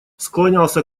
склонялся